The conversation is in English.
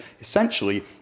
essentially